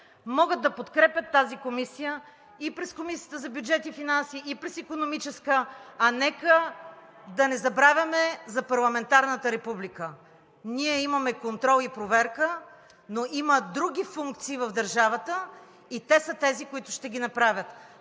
могат да подкрепят тази комисия и през Комисията за бюджет и финанси, и през Икономическата комисия. А нека да не забравяме за парламентарната република. Ние имаме контрол и проверка, но има други функции в държавата и те са тези, които ще ги направят.